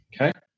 Okay